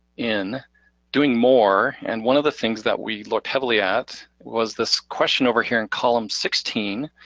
in doing more. and one of the things that we looked heavy at was this question over here in column sixteen,